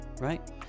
right